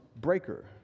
breaker